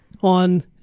on